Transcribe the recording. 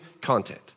content